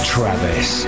Travis